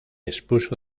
expuso